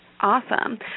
Awesome